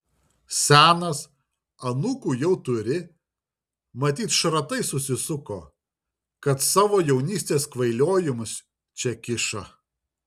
senas anūkų jau turi matyt šratai susisuko kad savo jaunystės kvailiojimus čia kiša